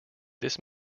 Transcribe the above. this